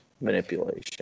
manipulation